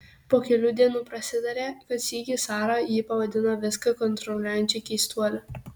po kelių dienų prasitarė kad sykį sara jį pavadino viską kontroliuojančiu keistuoliu